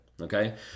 Okay